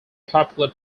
popular